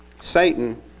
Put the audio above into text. Satan